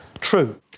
true